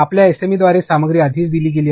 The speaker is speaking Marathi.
आपल्या एसएमईद्वारे सामग्री आधीच दिली गेली आहे